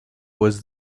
was